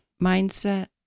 mindset